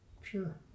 Sure